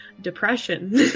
depression